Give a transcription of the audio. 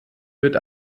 wird